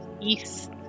East